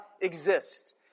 exist